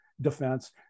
defense